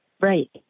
right